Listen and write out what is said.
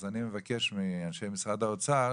מאנשי משרד האוצר,